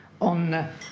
on